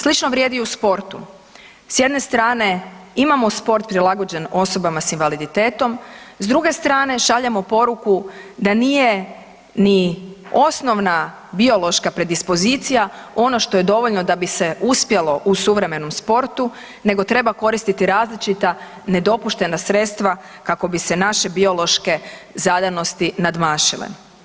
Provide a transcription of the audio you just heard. Slično vrijedi u sportu, s jedne strane imamo sport prilagođen osobama s invaliditetom, s druge strane šaljemo poruku da nije ni osnovna biološka predispozicija ono što je dovoljno da bi se uspjelo u suvremenom sportu nego treba koristiti različita nedopuštena sredstva kako bi se naše biološke zadanosti nadmašile.